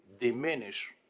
diminish